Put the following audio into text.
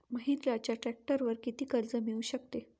महिंद्राच्या ट्रॅक्टरवर किती कर्ज मिळू शकते?